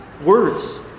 words